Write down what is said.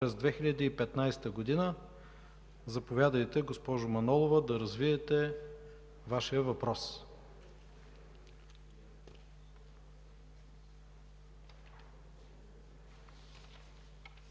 през 2015 г. Заповядайте, госпожо Манолова, да развиете Вашия въпрос.